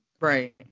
Right